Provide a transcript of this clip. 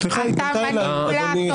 סליחה, מותר לי לענות.